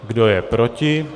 Kdo je proti?